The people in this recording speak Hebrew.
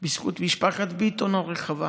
בזכות משפחת ביטון הרחבה